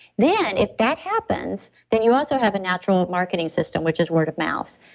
then if that happens, then you also have a natural marketing system, which is word of mouth.